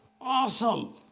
awesome